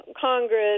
Congress